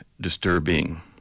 disturbing